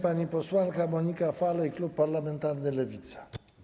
Pani posłanka Monika Falej, klub parlamentarny Lewica.